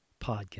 podcast